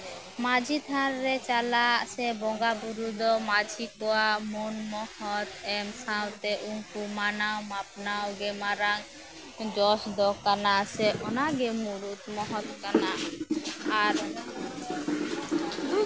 ᱢᱟᱹᱡᱷᱤ ᱛᱷᱟᱱ ᱨᱮ ᱪᱟᱞᱟᱜ ᱥᱮ ᱵᱚᱸᱜᱟ ᱵᱩᱨᱩ ᱫᱚ ᱢᱟᱹᱡᱷᱤ ᱠᱚᱣᱟᱜ ᱢᱟᱹᱱ ᱢᱚᱦᱚᱛ ᱮᱢ ᱥᱟᱶᱛᱮ ᱩᱱᱠᱩ ᱢᱟᱱᱟᱣ ᱢᱟᱯᱱᱟᱣ ᱢᱟᱨᱟᱝ ᱡᱚᱥ ᱫᱚ ᱠᱟᱱᱟ ᱥᱮ ᱚᱱᱟᱜᱮ ᱢᱩᱬᱩᱫ ᱢᱚᱦᱚᱛ ᱠᱟᱱᱟ ᱟᱨ